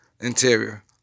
Interior